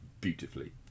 beautifully